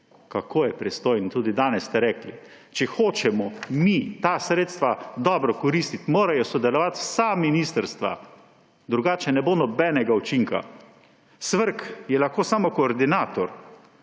Kako je pristojen, tudi danes ste rekli! Če hočemo mi ta sredstva dobro koristiti, morajo sodelovati vsa ministrstva, drugače ne bo nobenega učinka. SVRK je lahko samo koordinator,